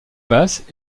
passent